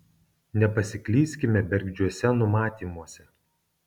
nepasiklyskime bergždžiuose numatymuose